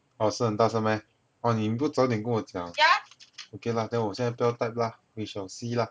orh 是很大声 meh orh 你不早点跟我讲 okay lah then 我现在不要 type lah we shall see lah